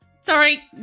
Sorry